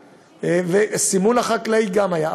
הסימון החקלאי גם היה.